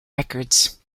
records